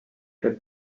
the